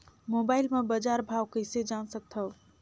Mobile म बजार भाव कइसे जान सकथव?